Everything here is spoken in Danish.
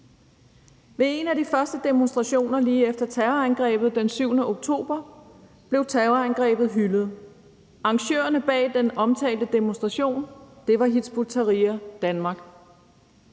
Ved en af de første demonstrationer lige efter terrorangrebet den 7. oktober blev terrorangrebet hyldet. Arrangørerne bag den omtalte demonstration var Hizb ut-Tahrir Danmark.